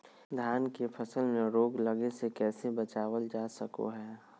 धान के फसल में रोग लगे से कैसे बचाबल जा सको हय?